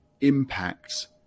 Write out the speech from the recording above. impacts